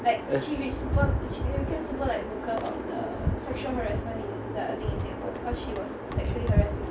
as